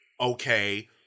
okay